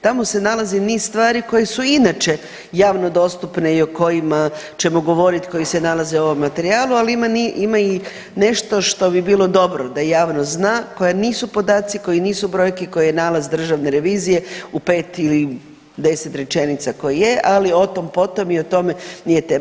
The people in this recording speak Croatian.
Tamo se nalazi niz stvari koje su i inače javno dostupne i o kojima ćemo govorit koji se nalaze u ovom materijalu, ali ima i nešto što bi bilo dobro da javnost zna koja nisu podaci, koji nisu brojke, koji je nalaz državne revizije u 5 ili 10 rečenica koje je, ali o tom potom i o tome nije tema.